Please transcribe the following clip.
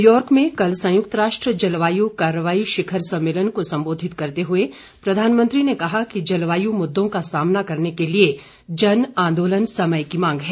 New York में कल संयुक्त राष्ट्र जलवायु कारवाई शिखर सम्मेलन को सम्बोधित करते हुए प्रधानमंत्री ने कहा कि जलवायु मुद्दों का सामना करने के लिए जन आंदोलन समय की मांग है